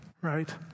right